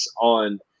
on